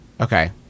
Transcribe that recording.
Okay